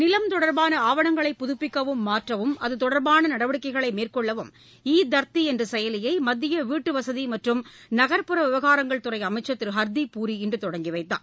நிலம் தொடர்பான ஆவணங்களை புதுப்பிக்கவும் மாற்றவும் அதன் தொடர்பான நடவடிக்கைகளை மேற்கொள்ளவும் ஈ தர்த்தி என்ற செயலியை மத்திய வீட்டுவசதி மற்றும் நகர்ப்புற விவகாரங்கள் துறை அமைச்சர் திரு ஹர்தீப்பூரி இன்று தொடங்கி வைத்தார்